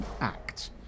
act